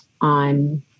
on